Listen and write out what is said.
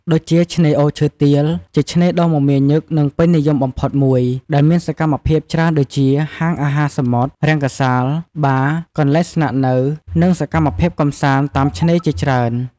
ដូចជា ឆ្នេរអូរឈើទាល ជាឆ្នេរដ៏មមាញឹក និងពេញនិយមបំផុតមួយ ដែលមានសកម្មភាពច្រើនដូចជា ហាងអាហារសមុទ្រ រង្គសាល បារ កន្លែងស្នាក់នៅ និងសកម្មភាពកម្សាន្តតាមឆ្នេរជាច្រើន។